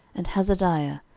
and hasadiah,